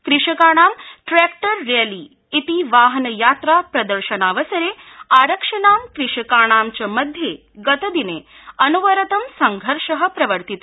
कृषकाणां tractor rally इति वाहनयात्रा प्रदर्शनावसरे आरक्षिणां कृषकाणां च मध्ये गतदिने अनवरतं संघर्ष प्रवर्तित